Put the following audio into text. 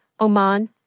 Oman